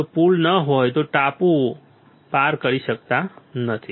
જો પુલ ન હોય તો તેઓ ટાપુ પાર કરી શકતા નથી